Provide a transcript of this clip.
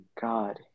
God